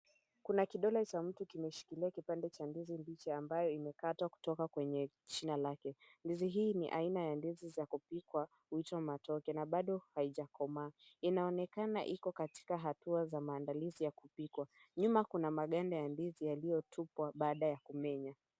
Kuna kidole cha mtu kimeshikilia kipande cha ndizi mbichi ambayo imekatwa kutoka kwenye shina lake. Ndizi hii ni aina ya ndizi za kupikwa huitwa matoke na bado haijakomaa. Inaonekana iko katika hatua za maandalizi ya kupikwa. Nyuma kuna maganda ya ndizi yaliotupwa baada ya kumenya.